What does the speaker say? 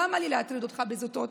למה לי להטריד אותך בזוטות?